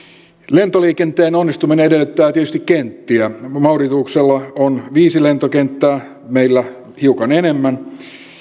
lentoliikenteen onnistuminen edellyttää tietysti kenttiä mauritiuksella on viisi lentokenttää meillä hiukan enemmän